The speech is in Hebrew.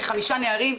כחמישה נערים...",